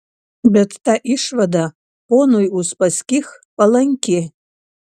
bet ta išvada ponui uspaskich palanki